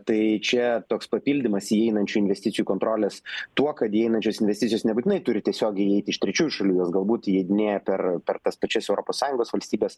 tai čia toks papildymas įeinančių investicijų kontrolės tuo kad įeinančios investicijos nebūtinai turi tiesiogiai eiti iš trečiųjų šalių jos galbūt įeidinėja per per tas pačias europos sąjungos valstybes